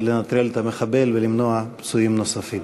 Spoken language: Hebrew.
החודש נפתח בפיגוע קשה בתל-אביב עם כמה פצועים ברמות פציעה קשות.